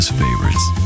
favorites